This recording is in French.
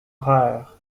perds